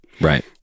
Right